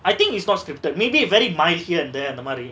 I think it's not scripted maybe very mild here அந்த அந்தமாரி:antha anthamari